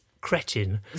cretin